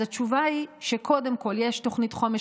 אז התשובה היא שקודם כול יש תוכנית חומש